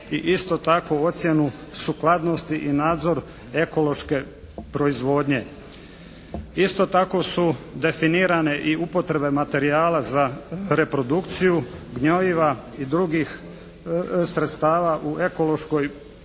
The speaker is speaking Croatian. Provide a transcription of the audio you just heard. isto tako ocjenu sukladnosti i nadzor ekološke proizvodnje. Isto tako su definirane i upotrebe materijala za reprodukciju gnjojiva i drugih sredstava u ekološkoj proizvodnji.